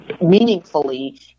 meaningfully